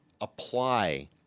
apply